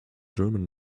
german